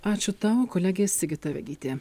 ačiū tau kolegė sigita vegytė